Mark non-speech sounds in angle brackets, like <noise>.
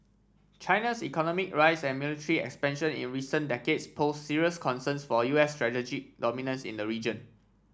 China's economic rise and military expansion in recent decades pose serious concerns for U S <unintelligible> dominance in the region